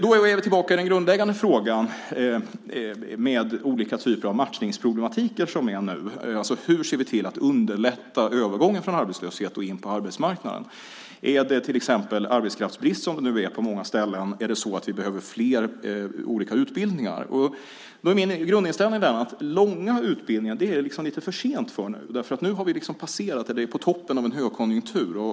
Då är vi tillbaka vid den grundläggande frågan med olika typer av matchningsproblematik som finns, alltså: Hur ser vi till att underlätta övergången från arbetslöshet och in på arbetsmarknaden? Är det till exempel arbetskraftsbrist, som det nu är på många ställen? Är det så att vi behöver fler olika utbildningar? Då är min grundinställning den att långa utbildningar är det liksom lite för sent för nu, därför att nu är vi på eller har nyss passerat toppen av en högkonjunktur.